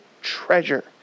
treasure